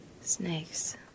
snakes